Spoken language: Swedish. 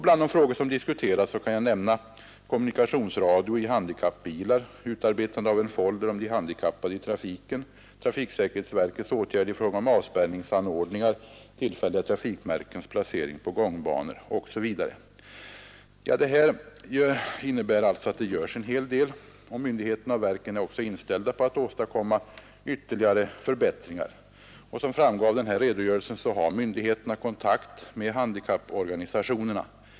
Bland frågor som diskuterats kan jag nämna kommunikationsradio i handikappbilar, utarbetande av en folder om de handikappade i trafiken, trafiksäkerhetsverkets åtgärder i fråga om avspärrningsanordningar och tillfälliga trafikmärkens placering på gångbanor m.m. Det görs alltså en hel del, och myndigheterna och verken är också inställda på att åstadkomma ytterligare förbättringar. Som framgår av min redogörelse har myndigheterna kontakt med handikapporganisationerna.